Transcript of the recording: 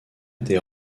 été